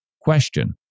Question